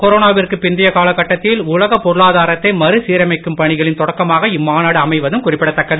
கொரோனாவிற்கு பிந்தைய கால கட்டத்தில் உலக பொருளாதாரத்தை மறுசீரமைக்கும் பணிகளின் தொடக்கமாக இம்மாநாடு அமைவதும் குறிப்பிடத்தக்கது